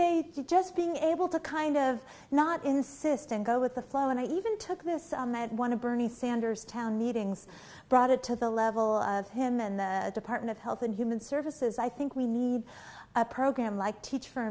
they just being able to kind of not insist and go with the flow and i even took this one of bernie sanders town meetings brought it to the level of him and the department of health and human services i think we need a program like teach for